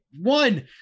One